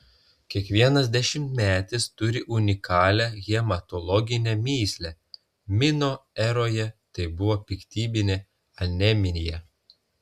kiekvienas dešimtmetis turi unikalią hematologinę mįslę mino eroje tai buvo piktybinė anemija